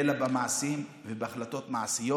אלא במעשים ובהחלטות מעשיות,